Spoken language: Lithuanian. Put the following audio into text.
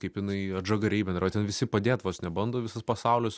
kaip jinai atžagariai bendrauja ten visi padėt vos nebando visas pasaulis